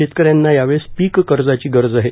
शेतक यांना यावेळेस पीक कर्जाची गरज आहे